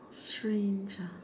strange ah